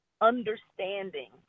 understanding